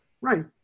Right